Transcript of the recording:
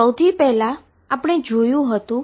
તેથી આપણે પહેલે થી જ જોયુ હતું